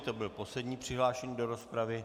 To byl poslední přihlášený do rozpravy.